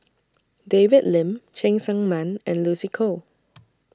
David Lim Cheng Tsang Man and Lucy Koh